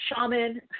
shaman